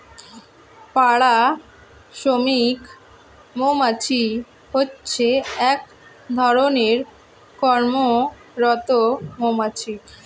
পাড়া শ্রমিক মৌমাছি হচ্ছে এক ধরণের কর্মরত মৌমাছি